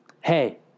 hey